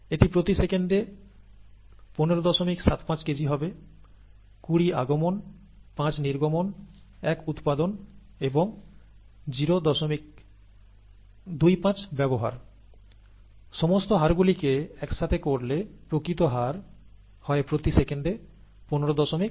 এটি প্রতি সেকেন্ডে 1575 কেজি হবে 20 আগমন 5 নির্গমন 1 উৎপাদন এবং 025 ব্যবহার সমস্ত হার গুলিকে একসাথে করলে প্রকৃত হার হয় প্রতি সেকেন্ডে 1575 কেজি